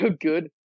good